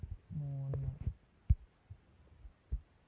मोहन म्हणाले की डोलोमाईटद्वारे आपल्याला आम्लीकरण करता येते